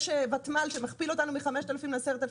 יש ותמ"ל שמכפיל אותנו מ-5,000 ל-10,000,